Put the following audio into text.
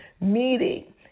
meeting